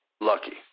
lucky